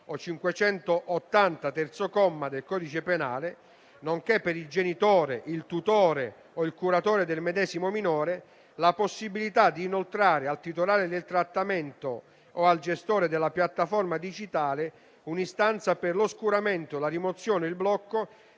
o 580, terzo comma, del codice penale, nonché per il genitore, il tutore o il curatore del medesimo minore, la possibilità di inoltrare al titolare del trattamento o al gestore della piattaforma digitale un'istanza per l'oscuramento, la rimozione e il blocco